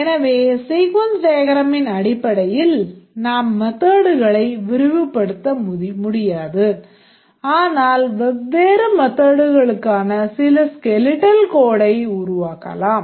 எனவே sequence diagramமின் அடிப்படையில் நாம் methodகளை விரிவுபடுத்த முடியாது ஆனால் வெவ்வேறு methodகளுக்கான சில skeletal code ஐ உருவாக்கலாம்